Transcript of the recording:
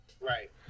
Right